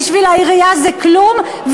בשביל העירייה זה כלום,